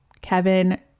Kevin